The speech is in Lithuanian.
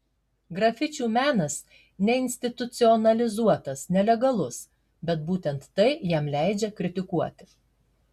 grafičių menas neinstitucionalizuotas nelegalus bet būtent tai jam leidžia kritikuoti